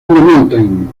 mountain